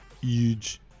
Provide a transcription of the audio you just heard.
huge